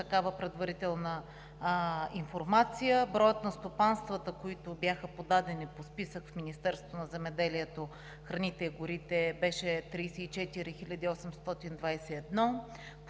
такава предварителна информация, броят на стопанствата, които бяха подадени по списък в Министерството на земеделието, храните и горите, беше 34 821.